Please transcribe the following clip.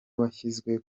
washyizwe